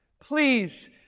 Please